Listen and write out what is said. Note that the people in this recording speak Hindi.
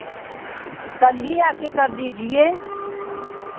कल ही आके कर दीजिए